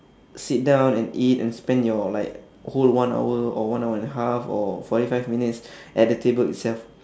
sit down and eat and spend your like whole one hour or one hour and a half or forty five minutes at the table itself